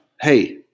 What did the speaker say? Hey